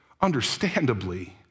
understandably